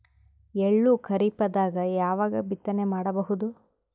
ಎಳ್ಳು ಖರೀಪದಾಗ ಯಾವಗ ಬಿತ್ತನೆ ಮಾಡಬಹುದು?